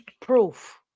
proof